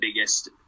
biggest